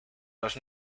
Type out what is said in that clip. los